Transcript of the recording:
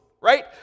right